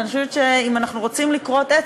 ואני חושבת שאם אנחנו רוצים לכרות עץ,